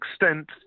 extent